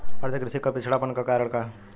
भारतीय कृषि क पिछड़ापन क कारण का ह?